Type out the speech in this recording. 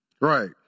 Right